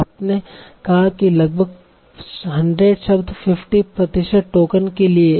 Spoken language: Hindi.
आपने कहा कि लगभग 100 शब्द 50 प्रतिशत टोकन के लिए हैं